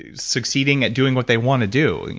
yeah succeeding at doing what they want to do,